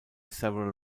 several